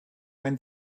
when